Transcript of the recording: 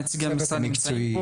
נציגי המשרד נמצאים פה,